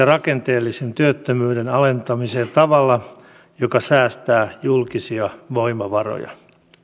rakenteellisen työttömyyden alentamiseen tavalla joka säästää julkisia voimavaroja